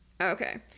Okay